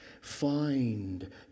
find